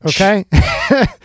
okay